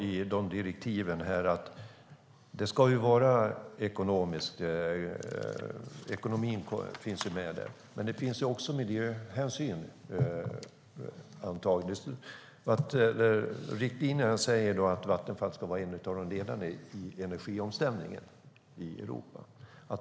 I direktiven är ekonomin med, men också miljöhänsynen. I riktlinjerna sägs att Vattenfall ska vara en av de ledande i energiomställningen i Europa.